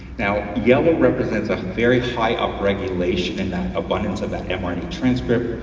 now, yellow represents a very high up-regulation in abundance of that and mrna transcript.